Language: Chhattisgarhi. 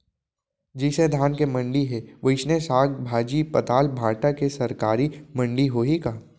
जइसे धान के मंडी हे, वइसने साग, भाजी, पताल, भाटा के सरकारी मंडी होही का?